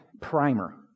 primer